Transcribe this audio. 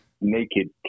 naked